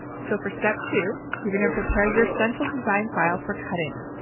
so for step two you're going to prepare your stencil design file for cutting.